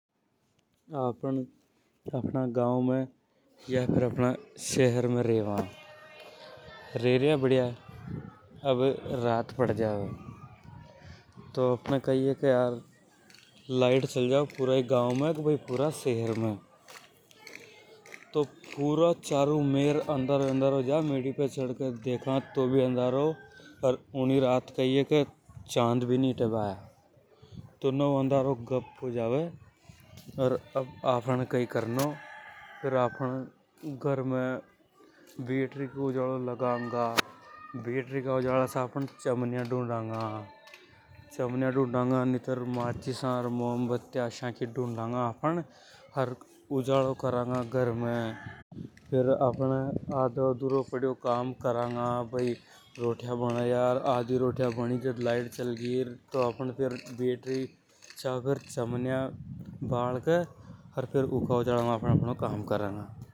आपण अपना गांव में या फेर अपना शहर में रेवा। र रिया बढ़िया तो लाइट चल जावे पूरा गांव में या शहर में। तो चारु मेर अंधारों हो जावे मेडी पे चढ़ के देखा तो भी अंधेरा ही आधारों। ऊनी रात कई हे के चांद भी नि हि टे आधारों गप्प हो जावे । आपने कई कारणों आपन घर में बैटरी को उजालों लगांगा। बैटरी का उजाला से चमनिया ढूंढूंगा। अर उजालों करेंगें घर ने। फेर आधो अधूरा काम करेंगे पढ़ियो जो। ऊका उजाला में आपन अपनों काम करंगा।